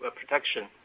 protection